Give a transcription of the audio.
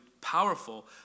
powerful